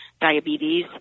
Diabetes